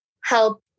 help